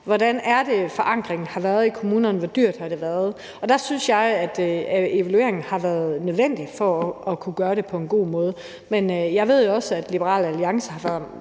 hvordan forankringen har været i kommunerne, og hvor dyrt det har været. Og der synes jeg, at evalueringen har været nødvendig for at kunne gøre det på en god måde. Men jeg ved også, at Liberal Alliance har været